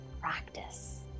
practice